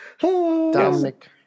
Dominic